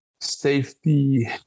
safety